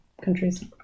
countries